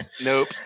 Nope